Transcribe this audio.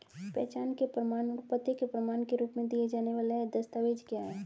पहचान के प्रमाण और पते के प्रमाण के रूप में दिए जाने वाले दस्तावेज क्या हैं?